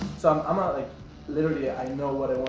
um ah like literally i know what